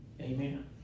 amen